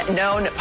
known